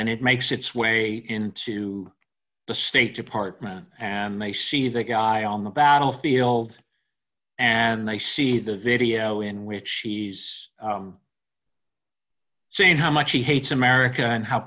and it makes its way into the state department and they see the guy on the battlefield and they see the video in which he's saying how much he hates america